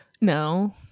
No